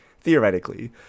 theoretically